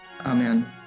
amen